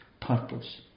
purpose